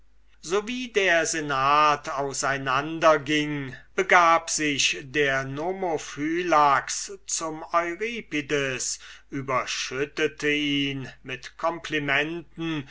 so wie der senat auseinander ging begab sich der nomophylax zum euripides überschüttete ihn mit complimenten